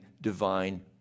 divine